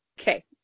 Okay